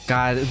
God